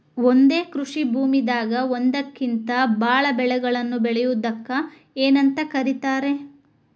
ಒಂದೇ ಕೃಷಿ ಭೂಮಿದಾಗ ಒಂದಕ್ಕಿಂತ ಭಾಳ ಬೆಳೆಗಳನ್ನ ಬೆಳೆಯುವುದಕ್ಕ ಏನಂತ ಕರಿತಾರೇ?